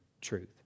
truth